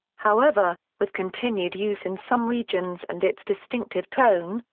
however, with continued use in some regions and its distinctive tone,